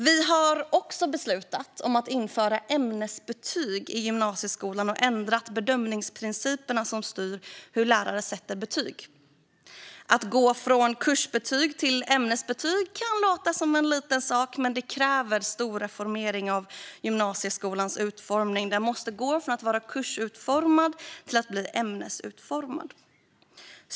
Vi har också beslutat att införa ämnesbetyg i gymnasieskolan och ändrat bedömningsprinciperna som styr hur lärare sätter betyg. Att gå från kursbetyg till ämnesbetyg kan låta som en liten sak, men det kräver en stor reformering av gymnasieskolans utformning. Den måste gå från att vara kursutformad till att bli ämnesutformad.